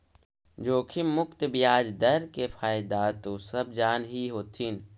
जोखिम मुक्त ब्याज दर के फयदा तो सब जान हीं हथिन